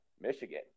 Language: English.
Michigan